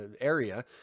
area